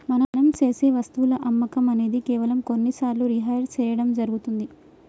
మనం సేసె వస్తువుల అమ్మకం అనేది కేవలం కొన్ని సార్లు రిహైర్ సేయడం జరుగుతుంది